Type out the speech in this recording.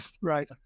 Right